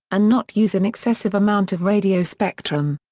and not use an excessive amount of radio spectrum.